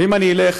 ואם אני אלך